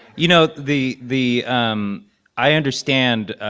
you know, the the um i understand